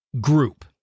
group